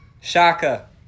Shaka